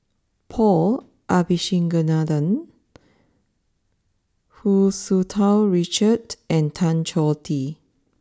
Paul Abisheganaden Hu Tsu Tau Richard and Tan Choh Tee